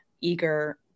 eager